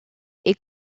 est